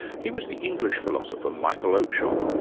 he was the english philosopher, michael oakeshott,